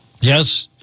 Yes